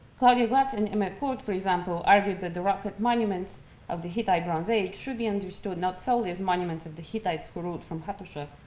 claudia glatz and aimee plourde for example, argued that the rock-cut monuments of the hittite bronze age should be understood not solely as monuments of the hittites who ruled from hattusa,